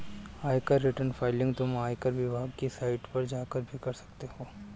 आयकर return filing तुम आयकर विभाग की साइट पर जाकर भी कर सकते हो